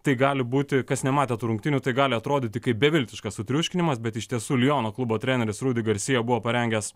tai gali būti kas nematė tų rungtynių tai gali atrodyti kaip beviltiškas sutriuškinimas bet iš tiesų liono klubo treneris rudy garcia buvo parengęs